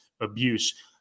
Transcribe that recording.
abuse